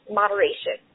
moderation